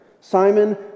Simon